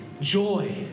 joy